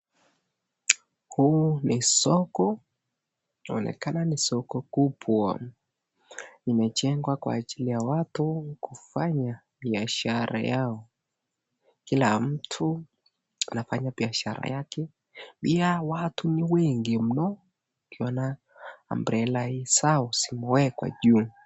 Huu ni soko. Inaonekana ni soko kubwa imejengwa kwa ajili ya watu kufanya biashara yao. Kila mtu anafanya biashara yake. Pia watu ni wengi mno ukiona umbrella zao zimewekwa juu.